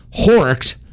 horked